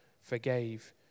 forgave